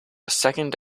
second